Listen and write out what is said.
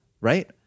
right